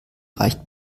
reicht